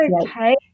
okay